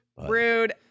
rude